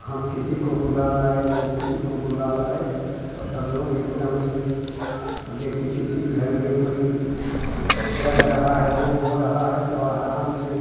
हम किसी को बुला लाए वह किसी को बुला लाए और सब लोग एकदम से अब जैसे किसी घर में कोई जग रहा है वह हो रहा है तो आराम से